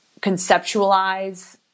conceptualize